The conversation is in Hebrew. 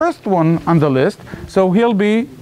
last one and the least, so he'll be